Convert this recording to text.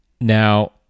now